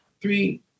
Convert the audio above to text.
three